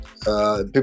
People